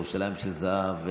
ירושלים של זהב,